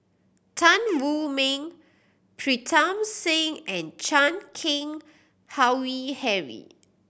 Tan Wu Meng Pritam Singh and Chan Keng Howe Harry